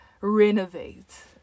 renovate